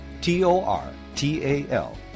T-O-R-T-A-L